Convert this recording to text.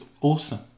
awesome